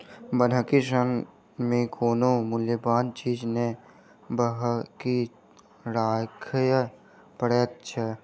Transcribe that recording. बन्हकी ऋण मे कोनो मूल्यबान चीज के बन्हकी राखय पड़ैत छै